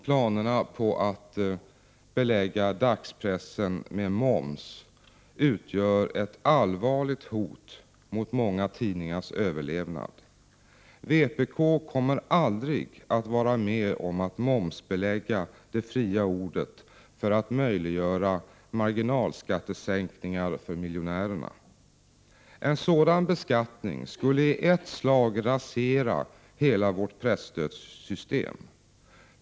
Planerna på att belägga dagspressen med moms utgör ett allvarligt hot mot många tidningars överlevnad. Vpk kommer aldrig att vara med om att momsbelägga det fria ordet för att möjliggöra marginalskattesänkningar för miljonärerna. En sådan beskattning skulle i ett slag rasera hela vårt presstödssystem.